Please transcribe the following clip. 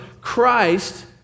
Christ